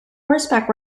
horseback